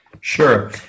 Sure